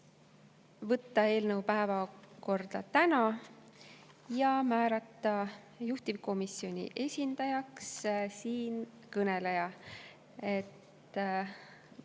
võtta eelnõu päevakorda täna ja määrata juhtivkomisjoni esindajaks siinkõneleja.